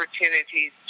opportunities